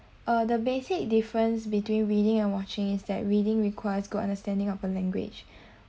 uh the basic difference between reading and watching is that reading requires good understanding of a language